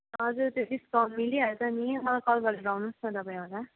हजुर त्यो डिस्काउन्ट मिलिहाल्छ नि मलाई कल गरेर आउनुहोस् न तपाईँ आउँदा